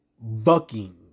bucking